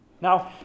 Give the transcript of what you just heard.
Now